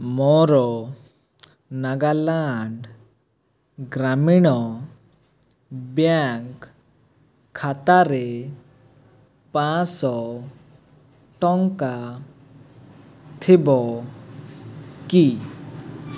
ମୋର ନାଗାଲାଣ୍ଡ୍ ଗ୍ରାମୀଣ ବ୍ୟାଙ୍କ୍ ଖାତାରେ ପାଞ୍ଚ ଶହ ଟଙ୍କା ଥିବ କି